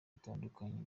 bitandukanye